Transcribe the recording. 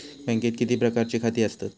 बँकेत किती प्रकारची खाती आसतात?